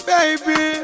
Baby